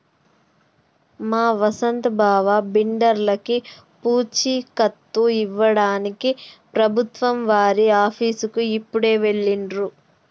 మా వసంత్ బావ బిడ్డర్లకి పూచీకత్తు ఇవ్వడానికి ప్రభుత్వం వారి ఆఫీసుకి ఇప్పుడే వెళ్ళిండు